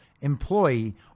employee